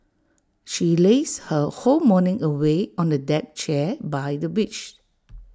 she lazed her whole morning away on A deck chair by the beach